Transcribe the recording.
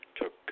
took